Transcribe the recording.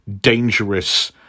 dangerous